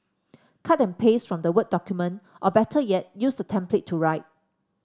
cut and paste from the word document or better yet use the template to write